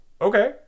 okay